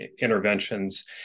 interventions